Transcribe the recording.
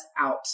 out